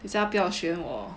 等一下她不要选我